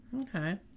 Okay